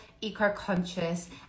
eco-conscious